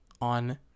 on